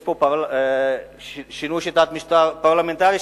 יש פה שינוי שיטת משטר פרלמנטרי,